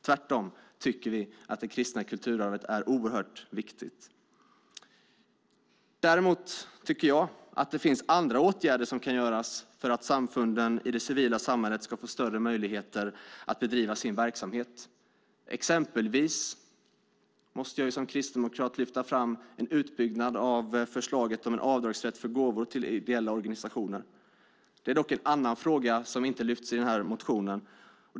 Tvärtom tycker vi att det kristna kulturarvet är oerhört viktigt. Däremot tycker jag att det finns andra åtgärder som kan göras för att samfunden i det civila samhället ska få större möjligheter att bedriva sin verksamhet, exempelvis måste jag som kristdemokrat lyfta fram förslaget om en utbyggd avdragsrätt för gåvor till ideella organisationer. Det är dock en annan fråga, som inte lyfts fram i den här motionen.